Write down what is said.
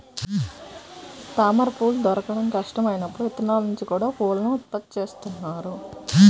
తామరపువ్వులు దొరకడం కష్టం అయినప్పుడు విత్తనాల నుంచి కూడా పువ్వులను ఉత్పత్తి చేస్తున్నారు